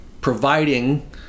Providing